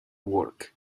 work